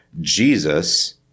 Jesus